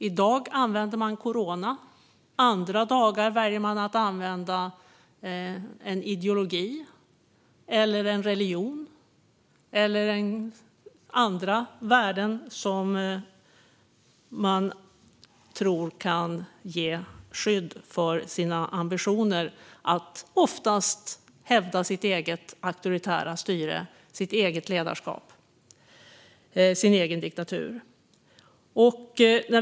I dag använder man corona; andra dagar väljer man att använda en ideologi, en religion eller andra värden som man tror kan ge skydd för sina ambitioner att oftast hävda sitt eget auktoritära styre, sitt eget ledarskap och sin egen diktatur.